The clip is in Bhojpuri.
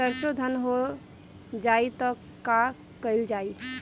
सरसो धन हो जाई त का कयील जाई?